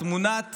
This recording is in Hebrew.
תמונת